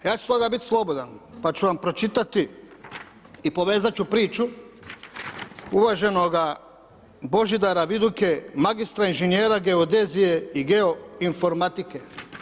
Ja ću stoga biti slobodan pa ću vam pročitati i povezati ću priču uvaženoga Božidara Viduke magistra inženjera geodezije i geoinformatike.